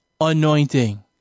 anointing